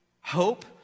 hope